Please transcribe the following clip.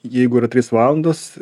jeigu yra trys valandos